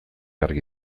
argi